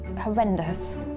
horrendous